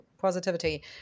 positivity